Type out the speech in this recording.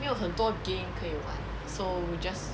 没有很多 game 可以玩 so we just